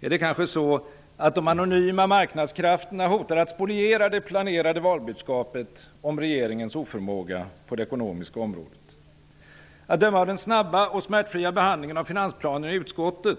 Är det kanske så att de anonyma marknadskrafterna hotar att spoliera det planerade valbudskapet om regeringens oförmåga på det ekonomiska området? Att döma av den snabba och smärtfria behandlingen av finansplanen i utskottet